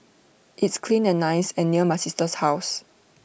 it's clean and nice and near my sister's house